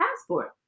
passport